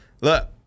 look